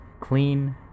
clean